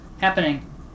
Happening